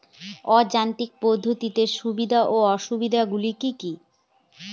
অযান্ত্রিক পদ্ধতির সুবিধা ও অসুবিধা গুলি কি কি?